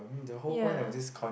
ya